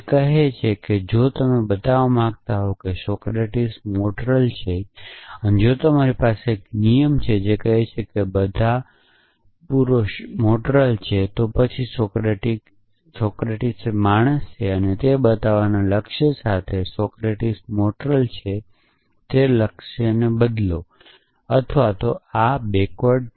તે કહે છે કે જો તમે બતાવવા માંગતા હો કે સોક્રેટીક મોરટલ છે અને જો તમારી પાસે એક નિયમ છે જે કહે છે કે બધા પુરુષો મોરટલ છે તો પછી સોક્રેટીક માણસ છે તે બતાવવાના લક્ષ્ય સાથે સોક્રેટીક મોરટલ છે તે બતાવવાના લક્ષ્યને બદલો અથવા બદલો